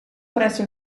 presso